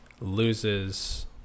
loses